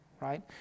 right